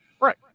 Right